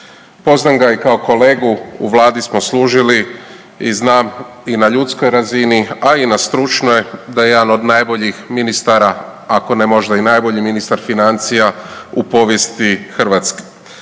Poznam ga i kao kolegu u vladi smo služili i znam i na ljudskoj razini, a i na stručnoj da je jedan od najboljih ministara, ako ne možda i najbolji ministar financija u povijesti Hrvatske.